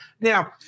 Now